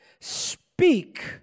Speak